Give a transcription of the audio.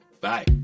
Bye